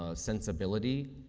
ah sensibility,